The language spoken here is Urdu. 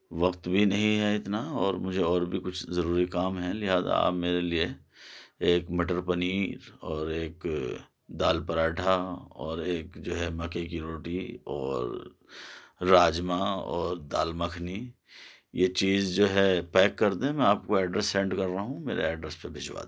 وقت بھی نہیں ہے اتنا اور مجھے اور بھی کچھ ضروری کام ہیں لہٰذا آپ میرے لئے ایک مٹر پنیر اور ایک دال پراٹھا اور ایک جو ہے مکئی کی روٹی اور راجمہ اور دال مکھنی یہ چیز جو ہے پیک کر دیں میں آپ کو ایڈریس سینڈ کر رہا ہوں میرے ایڈرس پہ بھجوا دیں